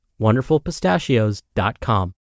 WonderfulPistachios.com